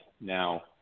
Now